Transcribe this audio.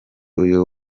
uyu